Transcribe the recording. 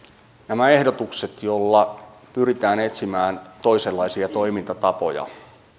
nämä ehdotukset joilla pyritään etsimään toisenlaisia toimintatapoja